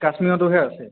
কাশ্মীৰৰটোহে আছে